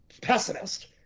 pessimist